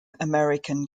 american